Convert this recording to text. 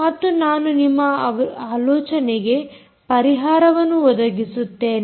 ಮತ್ತು ನಾನು ನಿಮ್ಮ ಆಲೋಚನೆಗೆ ಪರಿಹಾರವನ್ನು ಒದಗಿಸುತ್ತೇನೆ